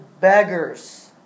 beggars